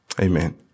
Amen